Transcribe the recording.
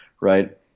right